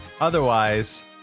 Otherwise